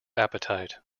appetite